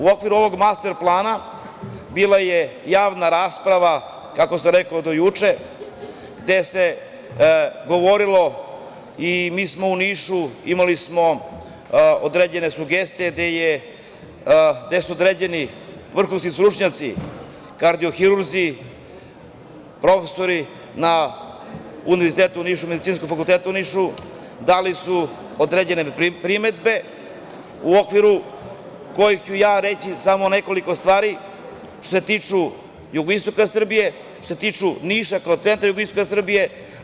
U okviru ovog Master plana bila je javna rasprava, kako sam rekao, do juče, gde se govorilo i mi smo u Nišu imali određene sugestije, gde su određeni vrhunski stručnjaci, kardiohirurzi, profesori na Univerzitetu u Nišu, Medicinskog fakulteta u Nišu, dali su određene primedbe, u okviru kojih ću ja reći samo nekoliko stvari što se tiče jugoistoka Srbije, što se tiče Niša kao centra jugoistoka Srbije.